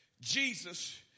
Jesus